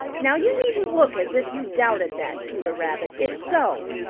now you needn't look as if you doubted that, peter rabbit it's so.